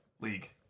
league